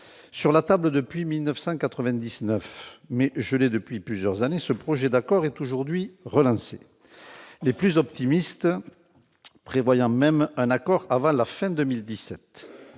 Sur la table depuis 1999, mais gelé depuis plusieurs années, ce projet d'accord est aujourd'hui relancé. Les plus optimistes prévoient même un accord avant la fin de